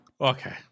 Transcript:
Okay